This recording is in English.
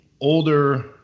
older